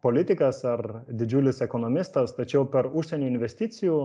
politikas ar didžiulis ekonomistas tačiau per užsienio investicijų